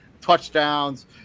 touchdowns